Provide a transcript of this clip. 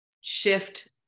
shift